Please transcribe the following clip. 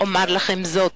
אומר לכם זאת: